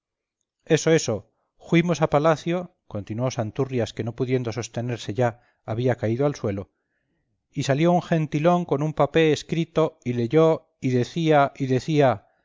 eso eso juimos a palacio continuó santurrias que no pudiendo sostenerse ya había caído al suelo y salió un gentilón con un papé escrito y leyó y decía decía